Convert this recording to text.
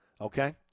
okay